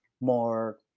more